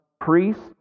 priests